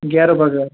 گیرٕ بغٲر